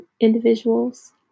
individuals